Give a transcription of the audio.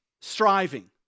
striving